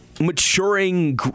maturing